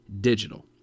digital